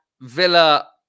Villa